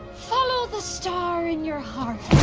follow the star in your heart.